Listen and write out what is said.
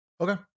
Okay